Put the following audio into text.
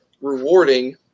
rewarding